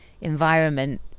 environment